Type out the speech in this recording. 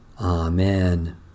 Amen